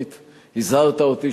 האם אדוני רוצה לברך?